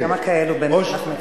כמה כאלו באמת אנחנו מכירים?